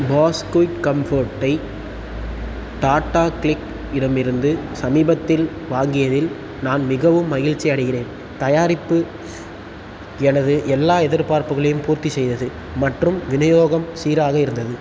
Bose quiet comfort ஐ Tata click இடமிருந்து சமீபத்தில் வாங்கியதில் நான் மிகவும் மகிழ்ச்சியடைகிறேன் தயாரிப்பு எனது எல்லா எதிர்பார்ப்புகளையும் பூர்த்தி செய்தது மற்றும் விநியோகம் சீராக இருந்தது